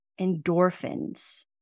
endorphins